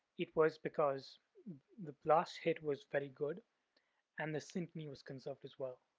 it was because the blast hit was very good and the synteny was conserved as well.